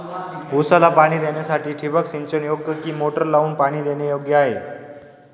ऊसाला पाणी देण्यासाठी ठिबक सिंचन योग्य कि मोटर लावून पाणी देणे योग्य आहे?